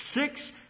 six